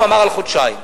הוא אמר: על חודשיים.